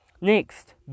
next